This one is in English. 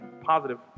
positive